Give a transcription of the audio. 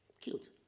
Cute